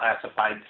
Classified